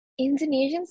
Indonesians